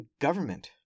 government